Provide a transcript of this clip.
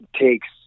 takes